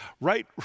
right